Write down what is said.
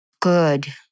good